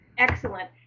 Excellent